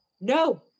No